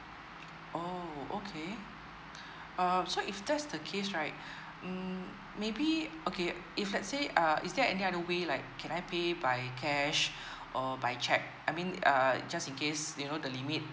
orh okay um so if that's the case right um maybe okay if let's say uh is there any other way like can I pay by cash or by cheque I mean uh just in case you know the limit